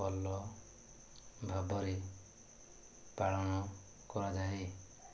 ଭଲ ଭାବରେ ପାଳନ କରାଯାଏ